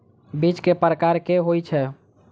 बीज केँ प्रकार कऽ होइ छै?